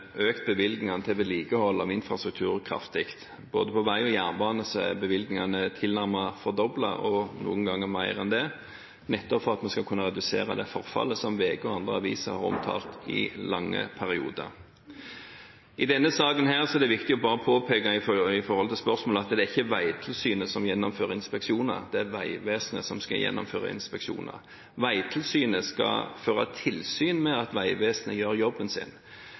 kraftig. Både på vei og jernbane er bevilgningene tilnærmet fordoblet, og noen ganger mer enn det, nettopp for at vi skal kunne redusere det forfallet som VG og andre aviser har omtalt i lange perioder. I denne saken er det viktig å påpeke i forhold til spørsmålet at det ikke er Vegtilsynet som gjennomfører inspeksjoner, det er Vegvesenet som skal gjennomføre inspeksjoner. Vegtilsynet skal føre tilsyn med at Vegvesenet gjør jobben sin.